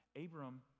Abram